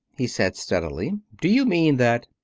he said steadily, do you mean that?